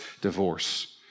divorce